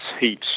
heat